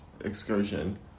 excursion